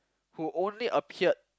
who only appeared